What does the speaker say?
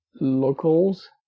locals